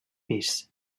pis